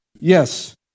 Yes